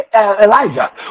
Elijah